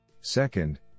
Second